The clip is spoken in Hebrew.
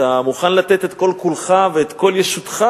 אתה מוכן לתת את כל כולך ואת כל ישותך.